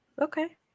Okay